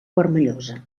vermellosa